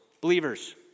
believers